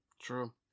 True